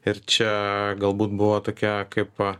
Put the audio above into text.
ir čia galbūt buvo tokia kaip